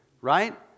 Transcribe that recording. right